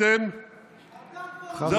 אתם, אתה, חבר הכנסת טופורובסקי, תודה.